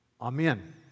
Amen